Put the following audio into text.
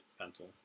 pencil